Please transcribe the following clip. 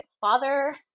father